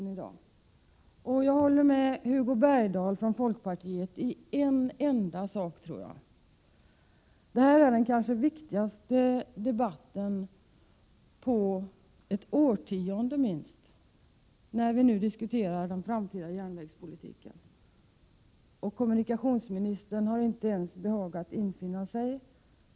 En sak kan jag nog hålla med Hugo Bergdahl, folkpartiet, om: den här debatten är kanske den viktigaste under åtminstone det senaste årtiondet. Det gäller ju den framtida järnvägspolitiken. Ändå har kommunikationsministern inte behagat infinna sig.